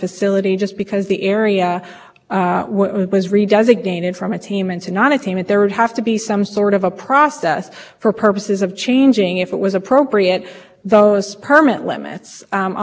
it was it found significant contributions the regulatory system is such that what happens in twenty fourteen where